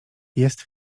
jest